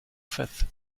fifth